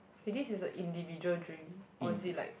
k this is a individual dream or is it like